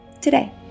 today